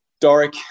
Doric